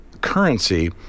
currency